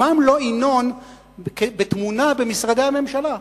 שמם לא יינון בתמונה במשרדי הממשלה.